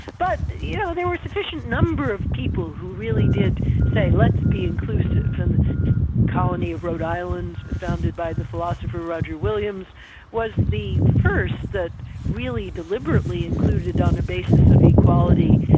but you know, there were a sufficient number of people who really did say let's be inclusive and the colony of rhode island founded by the philosopher roger williams was the first that really deliberately included on a basis of equality,